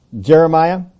Jeremiah